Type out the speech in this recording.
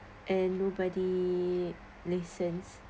and nobody listens